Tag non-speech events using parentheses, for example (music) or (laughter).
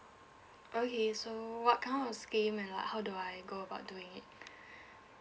okay so what kind of scheme and like how do I go about doing it (breath)